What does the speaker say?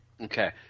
Okay